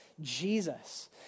Jesus